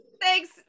Thanks